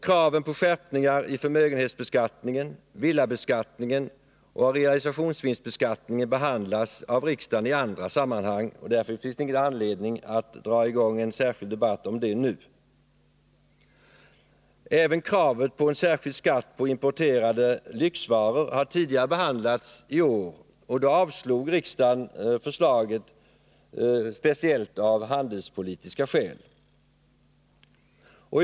Kraven på skärpningar av förmögenhetsbeskattningen, villabeskattningen och realisationsvinstbeskattningen behandlas av riksdagen i andra sammanhang, varför det inte finns någon anledning att dra i gång en särskild debatt om detta nu. Även kravet på en särskild skatt på importerade lyxvaror har behandlats tidigare i år. Då avslog riksdagen förslaget av speciellt handelspolitiska skäl.